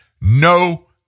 no